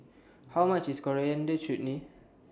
How much IS Coriander Chutney